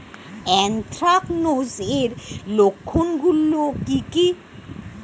Anthracnose এর লক্ষণ গুলো কি কি?